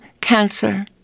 cancer